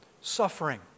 Suffering